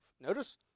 Notice